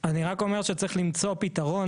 אני רק אומר שצריך למצוא פתרון.